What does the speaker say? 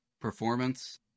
performance